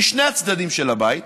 משני הצדדים של הבית,